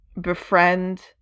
befriend